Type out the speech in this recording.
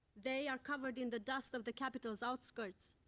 they are covered in the dust of the capital's outskirts,